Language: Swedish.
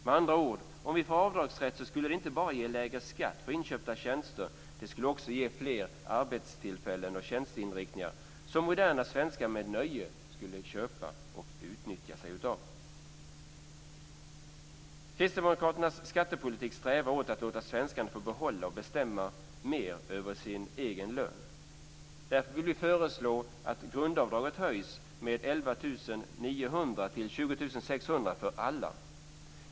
Med andra ord, om vi får avdragsrätt skulle det inte bara ge lägre skatt för inköpta tjänster, det skulle också ge fler arbetstillfällen och tjänsteinriktningar som moderna svenskar med nöje skulle köpa och utnyttja. Kristdemokraternas skattepolitik strävar efter att låta svenskarna få behålla och bestämma över mer av sin egen lön. Därför vill vi föreslå att grundavdraget höjs med 11 900 kr till 20 600 kr för alla.